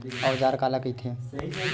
औजार काला कइथे?